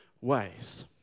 ways